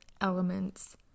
elements